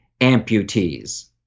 amputees